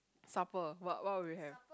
supper what what would you have